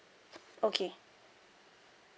okay